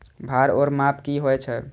भार ओर माप की होय छै?